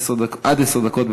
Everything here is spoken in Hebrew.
עד עשר דקות.